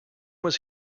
was